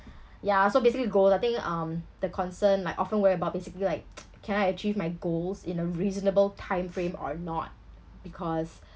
ya so basically goal I think um the concern like often worry about basically like can I achieve my goals in a reasonable time frame or not because